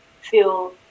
feel